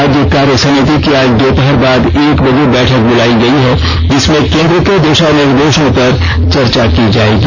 राज्य कार्यसमिति की आज दोपहर बाद एक बजे बैठक ब्लायी गयी है जिसमें केन्द्र के दिषा निर्देषों पर चर्चा की जायेगी